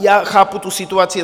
Já chápu tu situaci.